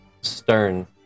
stern